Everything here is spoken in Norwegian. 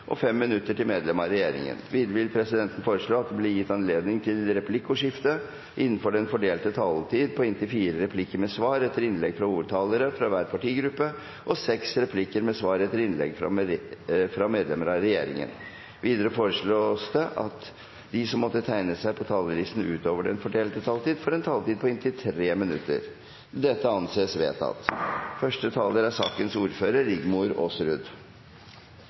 inntil fem replikker med svar etter innlegg fra medlemmer av regjeringen innenfor den fordelte taletid. Videre foreslås det at de som måtte tegne seg på talerlisten utover den fordelte taletid, får en taletid på inntil 3 minutter. – Dette anses vedtatt. Når Stortinget no har til handsaming representantforslaget frå representantane Raja, Elvestuen, Breivik og Nybø frå partiet Venstre, er